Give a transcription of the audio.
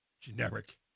generic